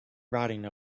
riding